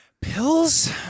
Pills